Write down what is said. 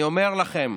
אני אומר לכם,